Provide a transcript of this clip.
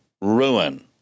ruin